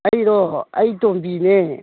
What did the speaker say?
ꯑꯩꯔꯣ ꯑꯩ ꯇꯣꯝꯕꯤꯅꯦ